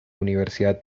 universidad